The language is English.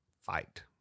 fight